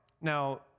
Now